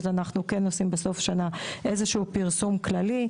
כן עושים בסוף שנה איזשהו פרסום כללי.